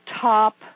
top